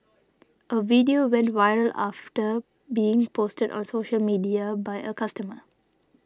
a video went viral after being posted on social media by a customer